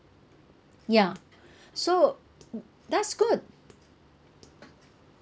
ya so that's good